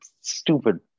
stupid